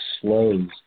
slows